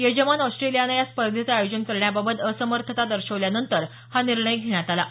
यजमान ऑस्ट्रेलियानं या स्पर्धेचं आयोजन करण्याबाबत असमर्थतता दर्शवल्यानंतर हा निर्णय घेण्यात आला आहे